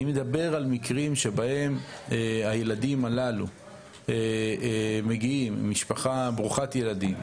אני מדבר על מקרים שבהם הילדים הללו ממשפחה ברוכת ילדים